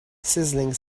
sizzling